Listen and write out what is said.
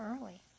early